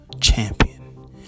Champion